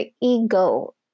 ego